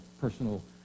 personal